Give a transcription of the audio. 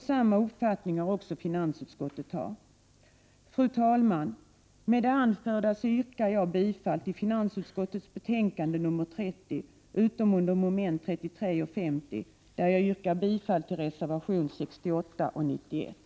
Samma uppfattning har också finansutskottet. Fru talman! Med det anförda yrkar jag bifall till hemställan i finansutskottets betänkande 30 utom under momenten 33 och 50 där jag yrkar bifall till reservationerna 68 och 91.